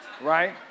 right